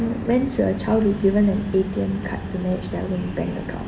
when should a child be given an A_T_M card to manage their own bank account